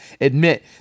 admit